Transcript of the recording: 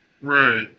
Right